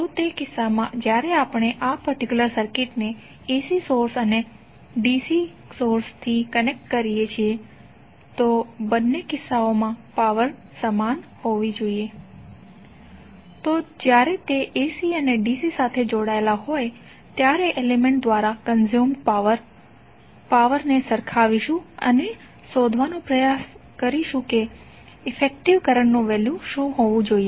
તો તે કિસ્સામા જ્યારે આપણે આ પર્ટિક્યુલર સર્કિટને AC સોર્સ અને DC સોર્સથી કનેક્ટ કરીએ છીએ તો બંને કિસ્સાઓમાં પાવર સમાન હોવી જોઈએ તો જ્યારે તે AC અને DC સાથે જોડાયેલ હોય ત્યારે એલિમેન્ટ્ દ્વારા કંજ્યુમડ પાવર ને સરખાવીશું અને શોધવાનો પ્રયત્ન કરીશું ઇફેકટીવ કરંટનું વેલ્યુ શું હોવું જોઈએ